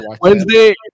Wednesday